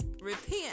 Repent